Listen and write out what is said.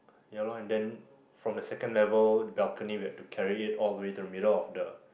ya lor and then from the second level balcony we have to carry it all the way to the middle of the